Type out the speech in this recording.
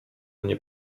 mnie